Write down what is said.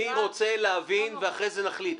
אני רוצה להבין ואחרי זה להחליט.